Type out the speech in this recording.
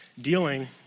dealing